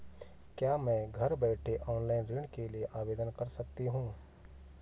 क्या मैं घर बैठे ऑनलाइन ऋण के लिए आवेदन कर सकती हूँ?